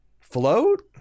Float